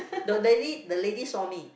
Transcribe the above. the lady the lady saw me